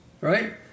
right